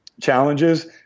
challenges